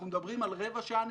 אנחנו מדברים על פער של רבע שעה.